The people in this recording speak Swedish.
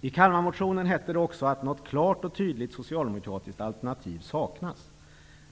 I Kalmarmotionen hette det också att ''Något klart och tydligt socialdemokratiskt alternativ saknas.''